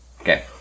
Okay